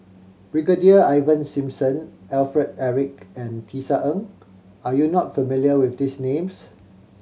Brigadier Ivan Simson Alfred Eric and Tisa Ng are you not familiar with these names